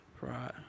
Right